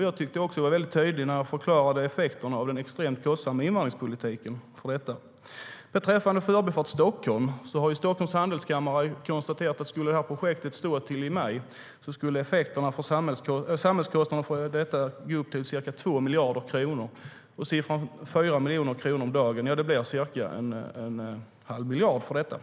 Jag tyckte också att jag var väldigt tydlig när jag förklarade den extremt kostsamma invandringspolitikens effekter på detta.